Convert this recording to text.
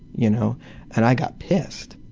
you know and i got pissed.